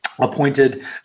appointed